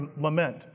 lament